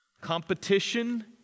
Competition